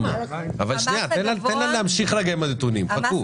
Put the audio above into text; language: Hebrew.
תן לה להמשיך להציג את הנתונים, חכו.